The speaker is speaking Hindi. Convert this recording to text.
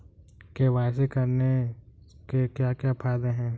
के.वाई.सी करने के क्या क्या फायदे हैं?